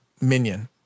Minion